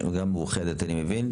וגם מאוחדת אני מבין.